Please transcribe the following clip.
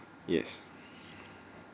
yes